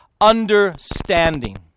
Understanding